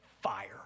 fire